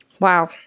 Wow